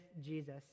Jesus